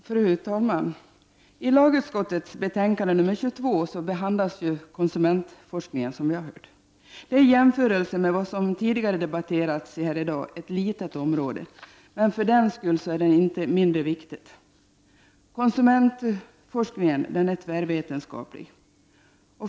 Fru talman! I lagutskottets betänkande 22 behandlas konsumentforskningen, som vi har hört. Det är i jämförelse med vad som tidigare debatterats här i dag ett litet område, men för den skull inte mindre viktigt. Konsumentforskningen är tvärvetenskaplig.